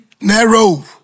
Narrow